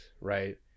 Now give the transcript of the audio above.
right